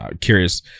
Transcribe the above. curious